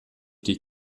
die